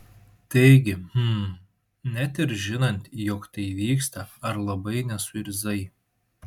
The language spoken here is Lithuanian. taigi hm net ir žinant jog tai vyksta ar labai nesuirzai